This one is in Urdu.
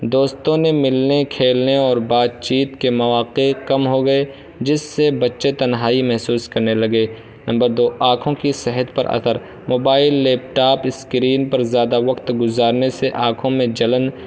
دوستوں میں ملنے کھیلنے اور بات چیت کے مواقع کم ہو گئے جس سے بچے تنہائی محسوس کرنے لگے نمبر دو آنکھوں کی صحت پر اثر موبائل لیپ ٹاپ اسکرین پر زیادہ وقت گزارنے سے آنکھوں میں جلن